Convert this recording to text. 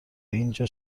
اینجا